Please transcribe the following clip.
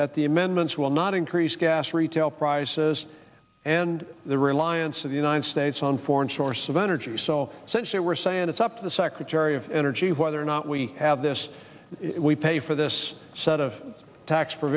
that the amendments will not increase gas retail prices and the reliance of the united states on foreign sources of energy so essentially we're saying it's up to the secretary of energy whether or not we have this we pay for this set of tax